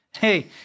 Hey